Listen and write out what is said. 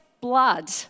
blood